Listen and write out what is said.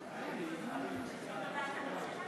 אדוני היושב-ראש, מה עם סדר-היום?